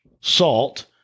salt